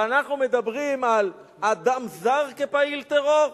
ואנחנו מדברים על אדם זר כפעיל טרור?